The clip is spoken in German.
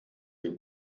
ihr